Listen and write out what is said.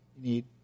Need